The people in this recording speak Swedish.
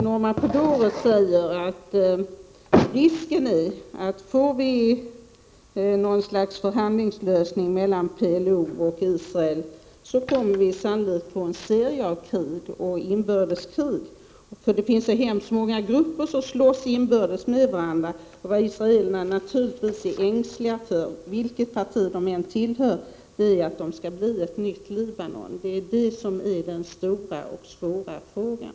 Norman Podhoretz säger att risken är, om något slags förhandlingslösning kommer till stånd mellan PLO och Israel, att det blir en serie av krig och inbördeskrig. Det finns så många grupper som slåss inbördes med varandra, och israelerna är naturligtvis ängsliga, vilket parti de än tillhör, för att det skall bli ett nytt Libanon. Det är den stora och svåra frågan.